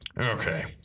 Okay